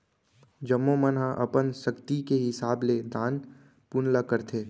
जम्मो मन ह अपन सक्ति के हिसाब ले दान पून ल करथे